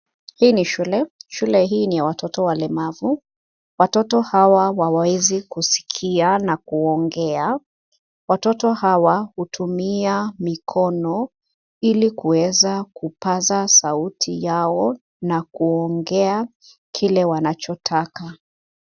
Hii ni shule. Shule hii ni ya watoto walemavu. Watoto hawa hawawezi kusikia na kuongea. Watoto hawa hutumia mikono hili kuweza kupasa sauti yao na kuongea kile wanachotaka.